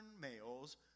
males